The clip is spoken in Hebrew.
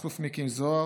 מכלוף מיקי זוהר,